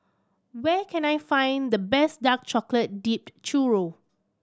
where can I find the best dark chocolate dipped churro